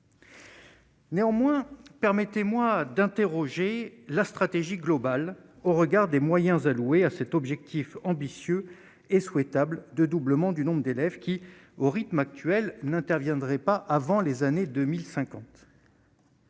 Néanmoins, permettez-moi d'interroger la stratégie globale au regard des moyens alloués à cet objectif ambitieux et souhaitable de doublement du nombre d'élèves qui, au rythme actuel n'interviendrait pas avant les années 2005